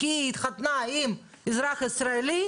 הם תחת איזה קורת גג נמצאים?